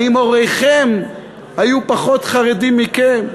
האם הוריכם היו פחות חרדים מכם?